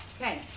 Okay